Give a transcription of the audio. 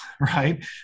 right